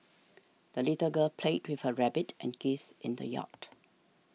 the little girl played with her rabbit and geese in the yard